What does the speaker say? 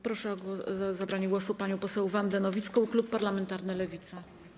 Proszę o zabranie głosu panią poseł Wandę Nowicką, klub parlamentarny Lewica.